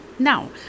Now